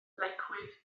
lecwydd